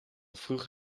vroeg